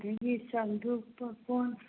ꯑꯗꯒꯤ ꯆꯥꯟꯇ꯭ꯔꯨꯛ ꯄꯥꯈꯣꯟ